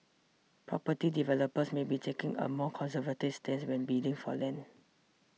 property developers may be taking a more conservative stance when bidding for land